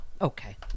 okay